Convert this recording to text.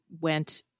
went